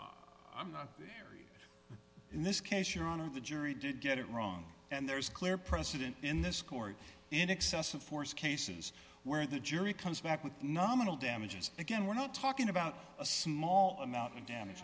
use i'm not there in this case your honor the jury did get it wrong and there's clear president in this court in excessive force cases where the jury comes back with nominal damages again we're not talking about a small amount in damage